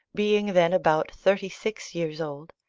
being then about thirty-six years old,